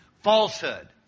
Falsehood